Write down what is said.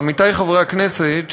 עמיתי חברי הכנסת,